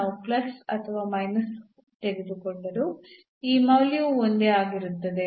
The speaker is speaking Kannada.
ನಾವು ಪ್ಲಸ್ ಮತ್ತು ಮೈನಸ್ ತೆಗೆದುಕೊಂಡರೂ ಈ ಮೌಲ್ಯವು ಒಂದೇ ಆಗಿರುತ್ತದೆ